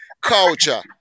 culture